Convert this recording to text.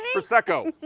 prosecco.